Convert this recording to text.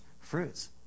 fruits